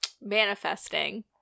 Manifesting